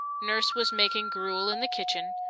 nurse was making gruel in the kitchen,